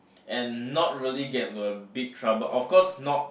and not really get into a big trouble of course not